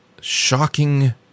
shocking